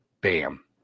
Bam